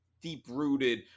deep-rooted